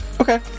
Okay